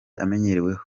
amenyereweho